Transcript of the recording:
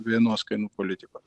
vienos kainų politikos